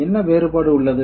என்ன வேறுபாடு உள்ளது